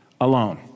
alone